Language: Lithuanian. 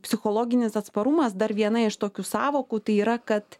psichologinis atsparumas dar viena iš tokių sąvokų tai yra kad